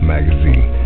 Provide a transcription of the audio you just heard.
Magazine